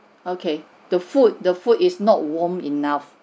okay the food the food is not warm enough